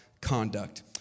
conduct